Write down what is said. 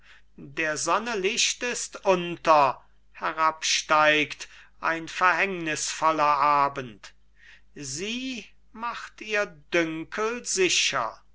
der sonne licht ist unter herabsteigt ein verhängnisvoller abend sie macht ihr dünkel sicher